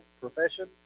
profession